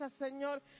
Señor